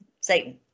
Satan